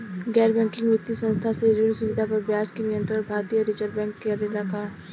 गैर बैंकिंग वित्तीय संस्था से ऋण सुविधा पर ब्याज के नियंत्रण भारती य रिजर्व बैंक करे ला का?